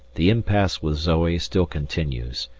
the impasse with zoe still continues,